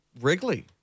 Wrigley